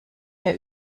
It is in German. ihr